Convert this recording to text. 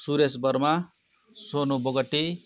Suresh Verma Sonu Bogati